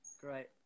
great